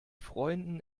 freunden